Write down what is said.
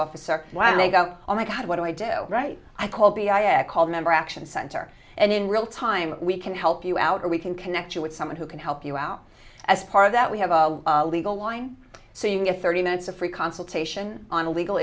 officer when they go oh my god what do i do right i call b i i called member action center and in real time we can help you out or we can connect you with someone who can help you out as part of that we have a legal line so you get thirty minutes of free consultation on a legal